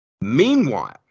Meanwhile